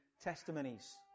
testimonies